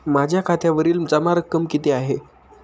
माझ्या खात्यावरील जमा रक्कम किती आहे?